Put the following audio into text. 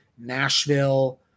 Nashville